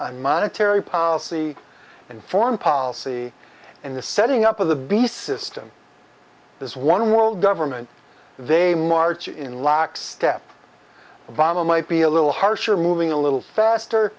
on monetary policy and foreign policy and the setting up of the beast system this one world government they march in lockstep obama might be a little harsher moving a little faster